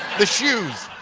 the shoes!